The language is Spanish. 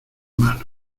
manos